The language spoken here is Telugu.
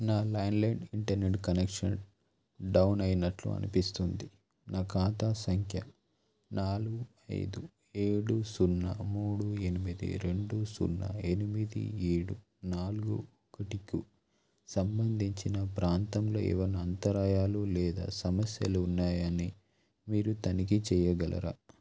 నా ల్యాండ్లైన్ ఇంటర్నెట్ కనెక్షన్ డౌన్ అయినట్లు అనిపిస్తుంది నా ఖాతా సంఖ్య నాలుగు ఐదు ఏడు సున్నా మూడు ఎనిమిది రెండు సున్నా ఎనిమిది ఏడు నాలుగు ఒకటికు సంబంధించిన ప్రాంతంలో ఏమైన్నా అంతరాయాలు లేదా సమస్యలు ఉన్నాయని మీరు తనిఖీ చేయగలరా